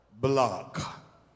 block